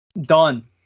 Done